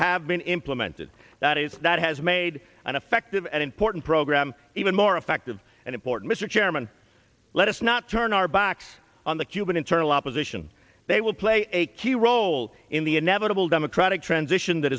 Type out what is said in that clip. have been implemented that is that has made an effective and important program even more effective and important mr chairman let us not turn our back on the cuban internal opposition they will play a key role in the inevitable democratic transition that